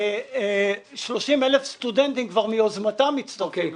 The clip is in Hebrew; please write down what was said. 30,00 סטודנטים שמיוזמתם הצטרפו לשביתה.